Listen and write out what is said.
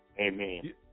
Amen